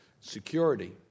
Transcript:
security